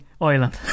island